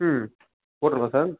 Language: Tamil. ம் போட்டிருலாம் சார்